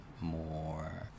more